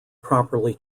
properly